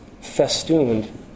festooned